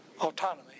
autonomy